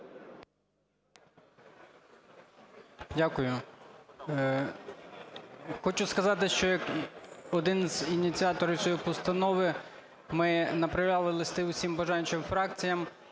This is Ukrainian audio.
Дякую. Хочу сказати ще як один з ініціаторів цієї постанови, ми направляли листи всім бажаючим фракціям.